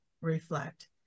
reflect